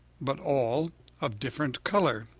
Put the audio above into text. but all of different color.